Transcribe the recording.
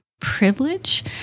privilege